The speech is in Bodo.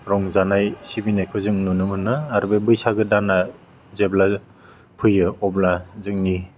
रंजानाय सिबिनायखौ जों नुनो मोनो आरो बे बैसागो दाना जेब्ला फैयो अब्ला जोंनि